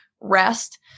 rest